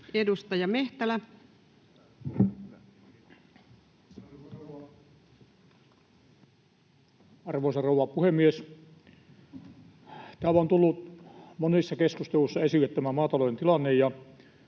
Content: Arvoisa rouva puhemies! Täällä on tullut monissa keskusteluissa esille tämä maatalouden tilanne,